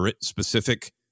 specific